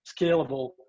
scalable